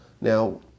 Now